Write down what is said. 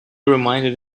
reminded